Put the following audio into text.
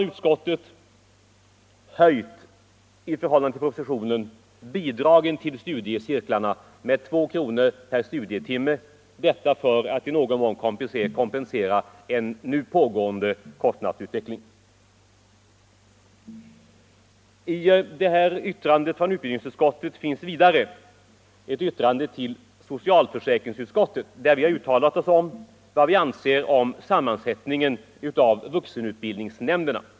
Utskottet har i förhållande till propositionens förslag höjt bidragen till studiecirklarna med två kronor per studietimme för att i någon mån kompensera kostnadsutvecklingen. Utbildningsutskottet har avgett ett yttrande till socialförsäkringsutskottet, där vi uttalat vad vi anser om sammansättningen av vuxenutbildningsnämnderna.